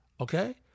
okay